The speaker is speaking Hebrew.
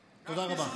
הדמעות רק.